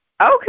Okay